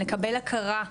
לקבל הכרה,